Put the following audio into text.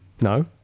No